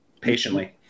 patiently